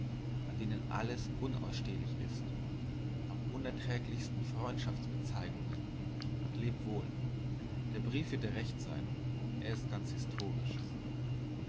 an denen alles unausstehlich ist am unerträglichsten freundschaftsbezeigungen leb wohl der brief wird dir recht sein er ist ganz historisch